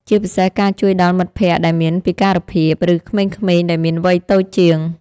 ជាពិសេសការជួយដល់មិត្តភក្ដិដែលមានពិការភាព ឬក្មេងៗដែលមានវ័យតូចជាង។